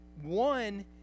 one